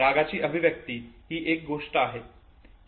रागाची अभिव्यक्ती ही एक गोष्ट आहे